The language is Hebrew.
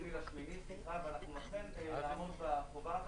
אנחנו אכן נעמוד בחובה הזאת.